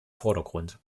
vordergrund